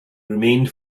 remained